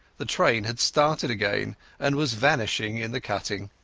the train had started again and was vanishing in the cutting.